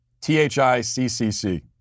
T-H-I-C-C-C